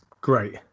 great